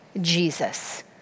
Jesus